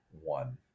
one